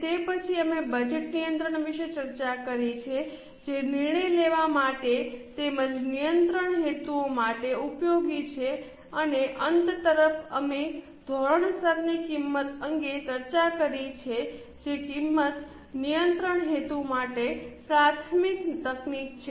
તે પછી અમે બજેટ નિયંત્રણ વિશે ચર્ચા કરી છે જે નિર્ણય લેવા માટે તેમજ નિયંત્રણ હેતુઓ માટે ઉપયોગી છે અને અંત તરફ અમે ધોરણસરની કિંમત અંગે ચર્ચા કરી છે જે કિંમત નિયંત્રણ હેતુ માટે પ્રાથમિક તકનીક છે